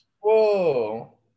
Whoa